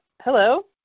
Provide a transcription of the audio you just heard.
Hello